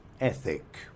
ethic